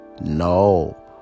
No